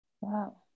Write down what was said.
Wow